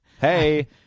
Hey